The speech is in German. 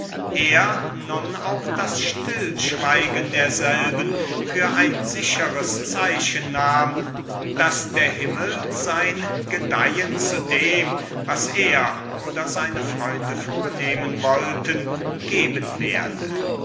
er nun auch das stillschweigen derselben für ein sicheres zeichen nahm daß der himmel sein gedeihen zu dem was er oder seine freunde vornehmen wollten geben werde